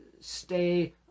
stay